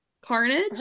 carnage